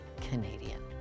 Canadian